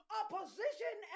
opposition